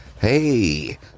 hey